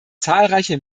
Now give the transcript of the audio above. zahlreiche